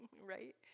right